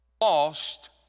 lost